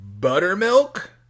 buttermilk